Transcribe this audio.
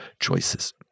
choices